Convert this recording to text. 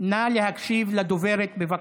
נא להקשיב לדוברת, בבקשה.